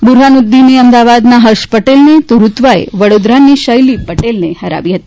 બરહાનુદીને અમદાવાદના હર્ષ પટેલને તો રૂત્વાએ વડોદરાની શૈલી પટેલને હરાવી હતી